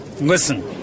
listen